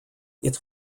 its